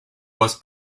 was